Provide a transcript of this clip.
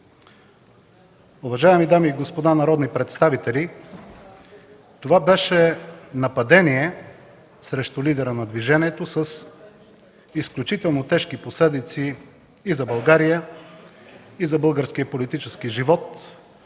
Уважаеми дами и господа народни представители, това беше нападение срещу лидера на Движението с изключително тежки последици и за България, и за българския политически живот